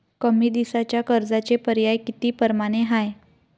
कमी दिसाच्या कर्जाचे पर्याय किती परमाने हाय?